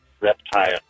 reptile